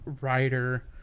writer